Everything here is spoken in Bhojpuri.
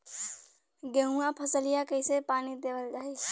गेहूँक फसलिया कईसे पानी देवल जाई?